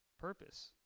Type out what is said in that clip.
purpose